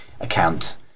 account